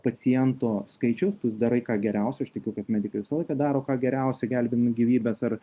paciento skaičiaus tu darai ką geriausia aš tikiu kad medikai visą laiką daro ką geriausia gelbėdami gyvybes ar